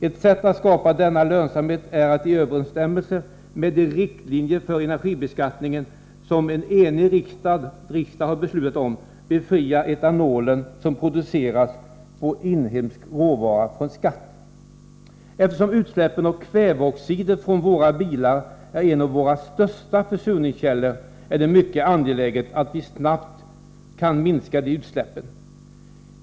Ett sätt att skapa denna lönsamhet är att — i överensstämmelse med de riktlinjer för energibeskattning som en enig riksdag har beslutat om — befria etanol som produceras på inhemsk råvara från skatt. Eftersom utsläppen av kväveoxider från våra bilar är en av våra största försurningskällor, är det mycket angeläget att vi snabbt kan minska de utsläppen.